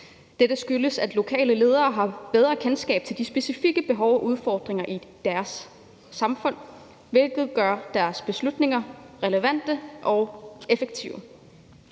Dette skyldes, at lokale ledere har bedre kendskab til de specifikke behov og udfordringer i deres samfund, hvilket gør deres beslutninger relevante og effektive.